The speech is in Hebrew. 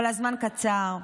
אבל הזמן קצר,